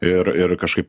ir ir kažkaip